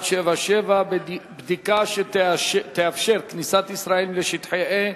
הנושא הבא: בדיקה שתאפשר כניסת ישראלים לשטחי A,